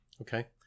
Okay